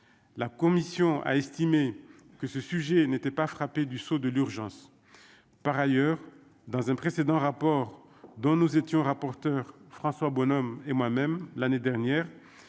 la commission a estimé que ce sujet n'était pas frappée du sceau de l'urgence par ailleurs dans un précédent rapport dont nous étions rapporteur François Bonhomme et moi-même l'année dernière